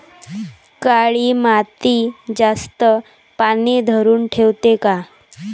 काळी माती जास्त पानी धरुन ठेवते का?